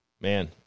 Man